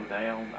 down